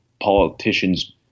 politicians